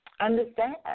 Understand